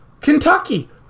Kentucky